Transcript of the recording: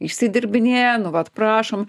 išsidirbinėja nu vat prašom